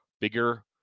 bigger